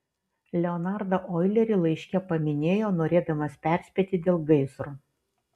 leonardą oilerį laiške paminėjo norėdamas perspėti dėl gaisro